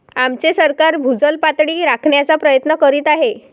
आमचे सरकार भूजल पातळी राखण्याचा प्रयत्न करीत आहे